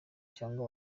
cyangwa